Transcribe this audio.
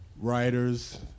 writers